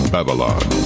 Babylon